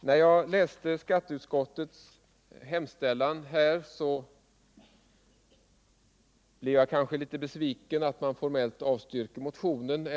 När jag läste skatteutskottets hemställan, så blev jag kanske litet besviken över alt man formellt avstyrkte motionen.